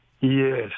Yes